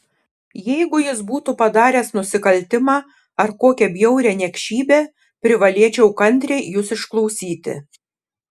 jeigu jis būtų padaręs nusikaltimą ar kokią bjaurią niekšybę privalėčiau kantriai jus išklausyti